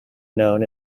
known